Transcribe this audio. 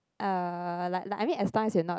uh like like I mean as long as you're not